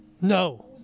No